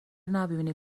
نبینی